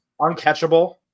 uncatchable